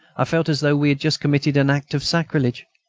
i felt as though we had just committed an act of sacrilege.